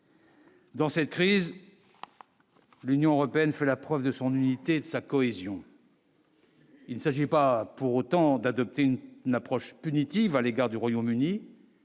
Dans cette crise, l'Union européenne, fait la preuve de son unité et sa cohésion. Il ne s'agit pas pour autant d'adopter une n'approche punitive à l'égard du Royaume-Uni,